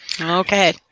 Okay